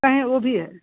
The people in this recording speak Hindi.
वो भी हैं